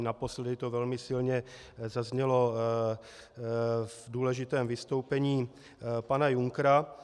Naposledy to velmi silně zaznělo v důležitém vystoupení pana Junckera.